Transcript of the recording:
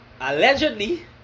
allegedly